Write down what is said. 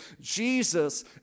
Jesus